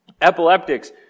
epileptics